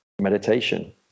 meditation